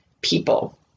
people